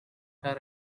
had